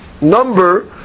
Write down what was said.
number